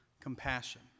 compassion